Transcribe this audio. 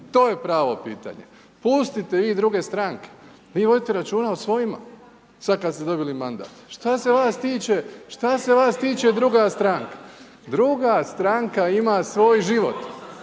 to je pravo pitanje. Pustite vi druge stranke, vi vodite računa o svojima, sada kada ste dobili mandat. Šta se vas tiče, šta se vas tiče druga stranka? Druga stranka ima svoj život.